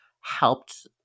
helped